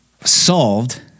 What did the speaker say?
solved